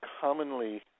commonly